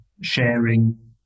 sharing